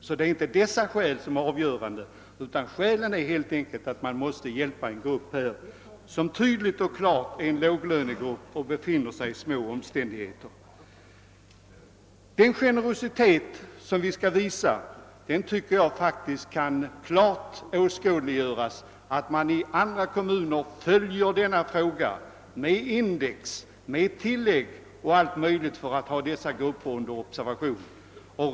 Kostnadsfrågan är alltså inte den avgörande faktorn. Det gäller helt enkelt att hjälpa en grupp som otvivelaktigt utgör en låglönegrupp i små omständigheter. Att vissa kommuner visar en föredömlig generositet åskådliggörs klart av det förhållandet att de har dessa grupper av pensionärer under observation och följer upp förändringar i deras läge med indexmässiga tillägg.